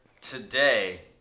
today